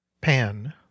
Pan